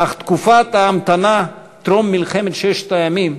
אך תקופת ההמתנה טרום מלחמת ששת הימים,